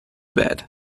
bed